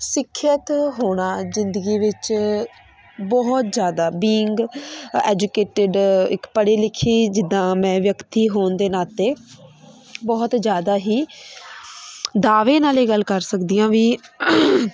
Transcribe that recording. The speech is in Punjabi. ਸਿੱਖਿਅਤ ਹੋਣਾ ਜ਼ਿੰਦਗੀ ਵਿੱਚ ਬਹੁਤ ਜ਼ਿਆਦਾ ਬੀਂਗ ਐਜੂਕੇਟਿਡ ਇੱਕ ਪੜ੍ਹੇ ਲਿਖੀ ਜਿੱਦਾਂ ਮੈਂ ਵਿਅਕਤੀ ਹੋਣ ਦੇ ਨਾਤੇ ਬਹੁਤ ਜ਼ਿਆਦਾ ਹੀ ਦਾਅਵੇ ਨਾਲ ਇਹ ਗੱਲ ਕਰ ਸਕਦੀ ਆ ਵੀ